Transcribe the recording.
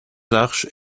arches